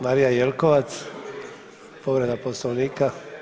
Marija Jelkovac, povreda Poslovnika.